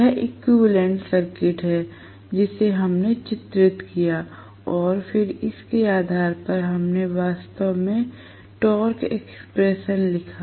यह equivalent circuit है जिसे हमने चित्रित किया और फिर इसके आधार पर हमने वास्तव में टॉर्क एक्सप्रेशन लिखा